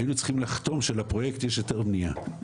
היינו צריכים לחתום שלפרויקט יש היתר בניה.